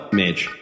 mage